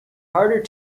harder